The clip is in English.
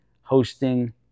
hosting